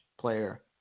player